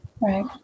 Right